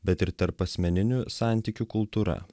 bet ir tarpasmeninių santykių kultūra